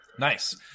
Nice